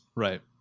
Right